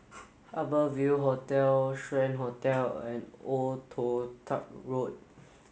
Harbour Ville Hotel Strand Hotel and Old Toh Tuck Road